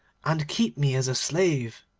and keep me as a slave